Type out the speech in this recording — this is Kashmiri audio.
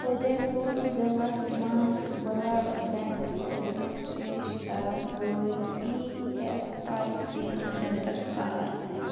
اُدھے پوٗر ضِلعس مَنٛز بُلَڈ بیٚنٛک خٔدمت پیش کَرن وٲلۍ E S I C centre ژھار